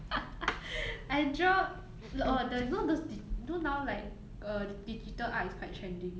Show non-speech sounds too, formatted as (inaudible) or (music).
(noise) I draw orh the know those you know now like a digital art is quite trending